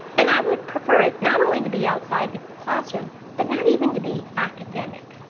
and i would prefer it not only to be outside the classroom but not even to be academic.